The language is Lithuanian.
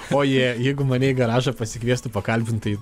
o jė jeigu mane į garažą pasikviestų pakalbint tai